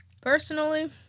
Personally